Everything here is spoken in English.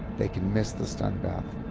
they can miss the stun bath,